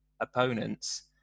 opponents